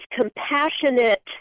compassionate